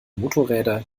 motorräder